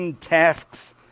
tasks